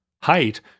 height